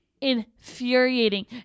infuriating